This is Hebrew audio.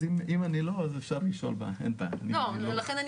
אם לא אני אז אפשר לשאול --- לכן אני